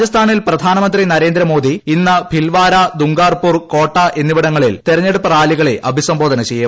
രാജസ്ഥാനിൽ പ്രധാന്റ്മന്ത്രി നരേന്ദ്രമോദി ഇന്ന് ഭിൽവാര ദുംഗാർപൂർ കോട്ട എന്നിവിടങ്ങളിൽ തെരഞ്ഞെടുപ്പ് റാലികളെ അഭിസംബോധന ചെയ്യും